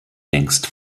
längst